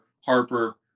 Harper